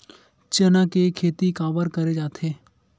चना के खेती काबर करे जाथे?